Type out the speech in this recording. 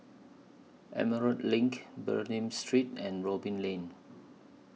Emerald LINK Bernam Street and Robin Lane